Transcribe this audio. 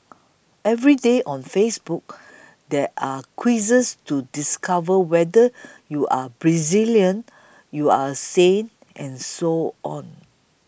every day on Facebook there are quizzes to discover whether you are Brazilian you are a saint and so on